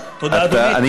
כי האבטלה בשפל.